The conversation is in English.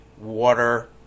water